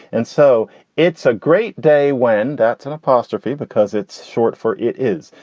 and so it's a great day when that's an apostrophe, because it's short for. it is.